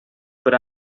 per